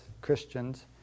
Christians